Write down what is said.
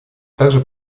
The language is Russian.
также